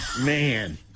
man